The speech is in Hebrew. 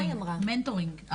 מנטורינג.